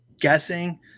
guessing